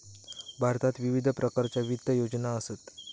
भारतात विविध प्रकारच्या वित्त योजना असत